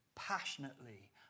passionately